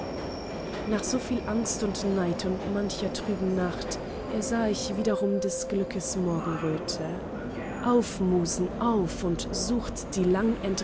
nach so viel angst und neid und mancher trüben nacht ersah ich wiederum des glückes morgenröte auf musen auf und sucht die